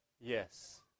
Yes